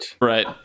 right